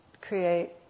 create